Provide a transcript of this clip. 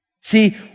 See